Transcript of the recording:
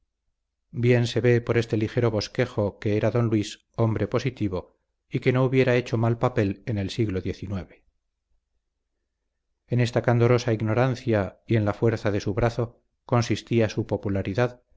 bien se ve por este ligero bosquejo que era don luis hombre positivo y que no hubiera hecho mal papel en el siglo xix en esta candorosa ignorancia y en la fuerza de su brazo consistía su popularidad